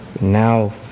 now